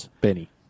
Benny